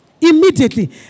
Immediately